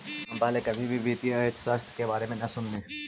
हम पहले कभी भी वित्तीय अर्थशास्त्र के बारे में न सुनली